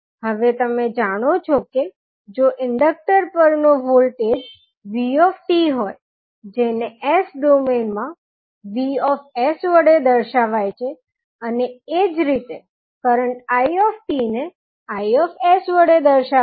હવે તમે જાણો છો કે જો ઇન્ડકટર પરનો વોલ્ટેજ vt હોય જેને S ડોમેઇન માં Vs વડે દર્શાવાય છે અને એ જ રીતે કરંટ it ને Is વડે દર્શાવાય